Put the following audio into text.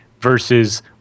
versus